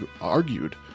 argued